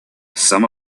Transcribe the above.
some